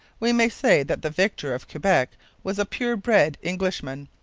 we may say that the victor of quebec was a pure-bred englishman.